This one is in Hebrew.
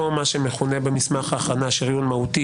או מה שמכונה במסמך ההכנה "שריון מהותי".